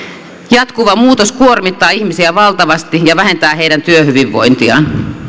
jatkuva muutos kuormittaa ihmisiä valtavasti ja vähentää heidän työhyvinvointiaan